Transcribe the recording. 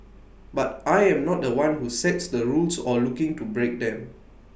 but I am not The One who sets the rules or looking to break them